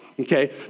Okay